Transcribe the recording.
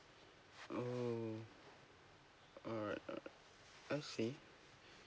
oo alright alright I see